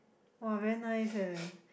!wah! very nice eh